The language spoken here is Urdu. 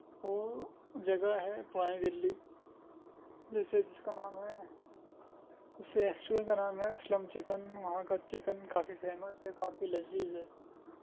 وہ جگہ ہے پرانی دلی جیسے جس کا نام ہے اس ریسٹورینٹ کا نام ہے اسلم چکن وہاں کا چکن کافی فیمس ہے کافی لذیذ ہے